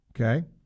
Okay